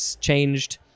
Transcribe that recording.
changed